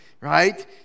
right